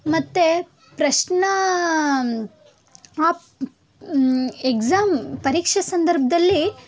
ಮತ್ತು ಪ್ರಶ್ನೆ ಎಕ್ಸಾಮ್ ಪರೀಕ್ಷೆ ಸಂದರ್ಭದಲ್ಲಿ